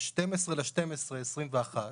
ב-12 בדצמבר 2021,